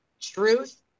truth